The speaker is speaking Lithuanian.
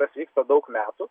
tas vyksta daug metų